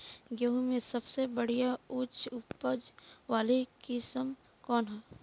गेहूं में सबसे बढ़िया उच्च उपज वाली किस्म कौन ह?